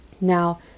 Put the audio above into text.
Now